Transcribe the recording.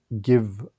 give